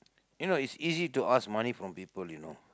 you know it's easy to ask money from people you know